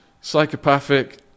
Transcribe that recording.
psychopathic